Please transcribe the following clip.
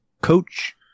coach